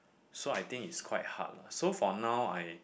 so I think it's quite hard lah so for now I